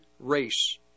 race